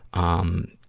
um,